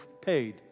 paid